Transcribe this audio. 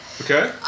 okay